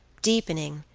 deepening,